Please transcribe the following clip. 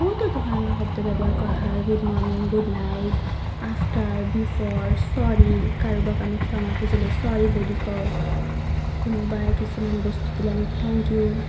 বহুতো ধৰণৰ শব্দ ব্যৱহাৰ কৰা হয় good morning good night after before sorry কাৰোবাক আমি ক্ষমা খুজিলে চৰি বুলি কওঁ কোনোবাই কিছুমান বস্তু দিলে আমি থেংক ইউ